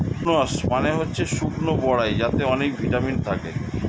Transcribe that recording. prunes মানে হচ্ছে শুকনো বরাই যাতে অনেক ভিটামিন থাকে